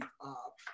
up